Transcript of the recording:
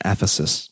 Ephesus